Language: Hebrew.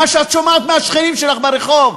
מה שאת שומעת מהשכנים שלך ברחוב,